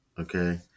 Okay